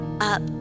up